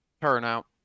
Turnout